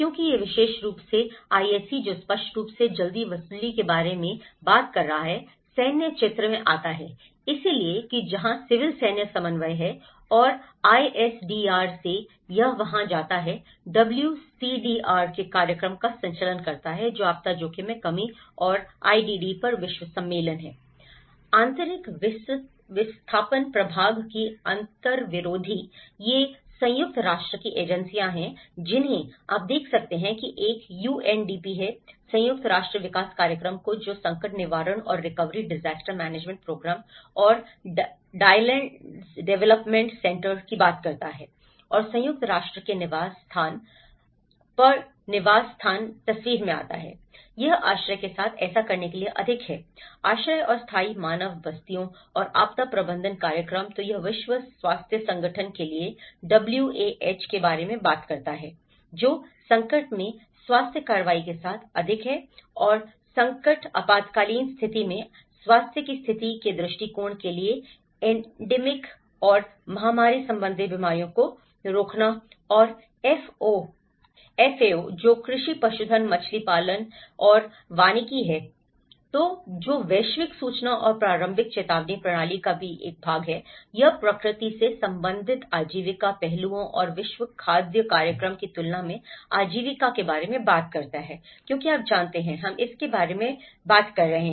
क्योंकि यह विशेष रूप से IAC जो स्पष्ट रूप से जल्दी वसूली के बारे में बात कर रहा है सैन्य चित्र में आता है इसलिए कि जहां सिविल सैन्य समन्वय है और आईएसडीआर से यह वहां जाता है डब्ल्यूसीडीआर के कार्यक्रम का संचालन करता है जो आपदा जोखिम में कमी और आईडीडी पर विश्व सम्मेलन है आंतरिक विस्थापन प्रभाग की अंतरविरोधी ये संयुक्त राष्ट्र की एजेंसियां हैं जिन्हें आप देख सकते हैं कि एक यूएनडीपी है संयुक्त राष्ट्र विकास कार्यक्रम जो संकट निवारण और रिकवरी डिजास्टर मैनेजमेंट प्रोग्राम और ड्रायलैंड्स डेवलपमेंट सेंटर की बात करता है और संयुक्त राष्ट्र के निवास स्थान पल निवास स्थान तस्वीर में आता है यह आश्रय के साथ ऐसा करने के लिए अधिक है आश्रय और स्थायी मानव बस्तियों और आपदा प्रबंधन कार्यक्रम तो यह विश्व स्वास्थ्य संगठन के लिए डब्ल्यूएच के बारे में बात करता है जो संकट में स्वास्थ्य कार्रवाई के साथ अधिक है संकट और आपातकालीन स्थिति में स्वास्थ्य की स्थिति के दृष्टिकोण के लिए एंडीमिक और महामारी संबंधी बीमारियों को रोकना और एफएओ जो कृषि पशुधन मछली पालन और वानिकी है जो वैश्विक सूचना और प्रारंभिक चेतावनी प्रणाली का भी है यह प्रकृति से संबंधित आजीविका पहलुओं और विश्व खाद्य कार्यक्रम की तुलना में आजीविका के बारे में बात करता है क्योंकि आप जानते हैं हम इसके बारे में बात कर रहे हैं